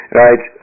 right